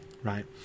Right